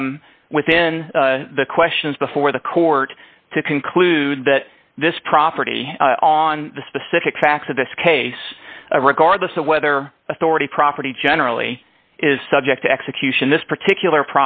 within the questions before the court to conclude that this property on the specific facts of this case regardless of whether authority property generally is subject to execution this particular